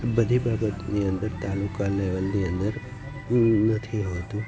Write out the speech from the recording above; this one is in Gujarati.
બધી બાબતની અંદર તાલુકા લેવલની અંદર નથી હોતું